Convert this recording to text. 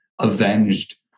avenged